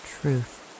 truth